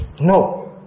no